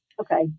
Okay